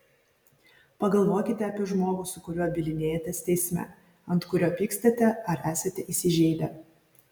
pagalvokite apie žmogų su kuriuo bylinėjatės teisme ant kurio pykstate ar esate įsižeidę